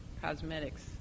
cosmetics